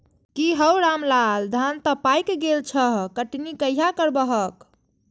की हौ रामलाल, धान तं पाकि गेल छह, कटनी कहिया करबहक?